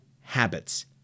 habits